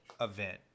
event